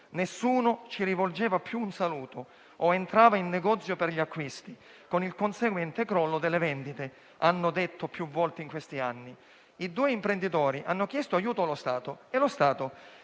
Nessuno rivolgeva più loro un saluto o entrava in negozio per gli acquisti, con il conseguente crollo delle vendite, come hanno detto più volte in questi anni. I due imprenditori hanno chiesto aiuto allo Stato, che si